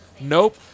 nope